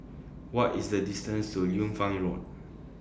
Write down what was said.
What IS The distance to Liu Fang Road